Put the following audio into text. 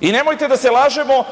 i nemojte da se lažemo